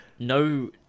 No